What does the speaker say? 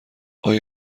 آیا